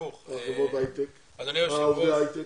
עובדי הייטק?